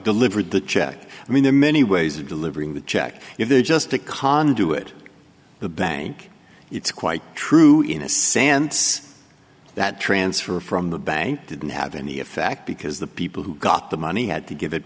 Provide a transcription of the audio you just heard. delivered the check i mean there are many ways of delivering the check if they're just a conduit the bank it's quite true in the sands that transfer from the bank didn't have any effect because the people who got the money had to give it